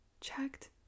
checked